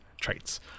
traits